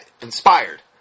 inspired